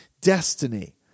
destiny